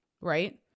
right